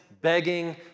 begging